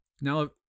Now